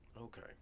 okay